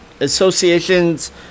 association's